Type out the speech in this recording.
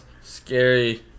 Scary